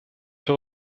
все